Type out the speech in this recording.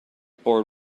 board